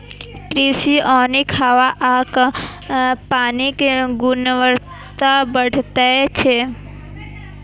कृषि वानिक हवा आ पानिक गुणवत्ता बढ़बै छै